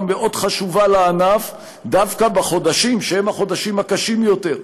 מאוד חשובה לענף דווקא בחודשים שהם החודשים הקשים יותר,